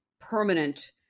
permanent